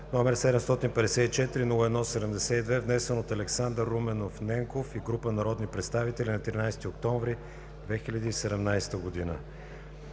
№ 754-01-72, внесен от Александър Руменов Ненков и група народни представители на 13 октомври 2017 г.